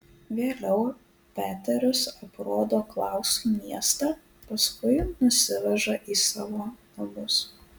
vėliau peteris aprodo klausui miestą paskui nusiveža į savo namus